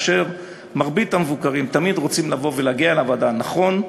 ומרבית המבוקרים תמיד רוצים לבוא ולהגיע לוועדה: "נכון,